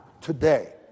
today